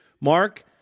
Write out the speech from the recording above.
Mark